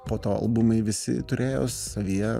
poto albumai visi turėjo savyje